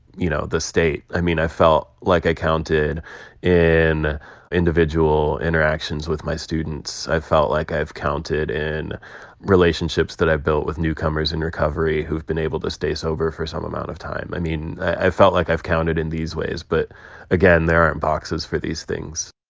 you know, the state. i mean, i felt like i counted in individual interactions with my students. i felt like i've counted in relationships that i've built with newcomers in recovery who've been able to stay sober for some amount of time. i mean, i've felt like i've counted in these ways. but again, there aren't boxes for these things